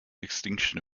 extinction